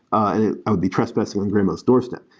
i i would be trespassing on grandmother s doorstep.